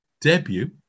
debut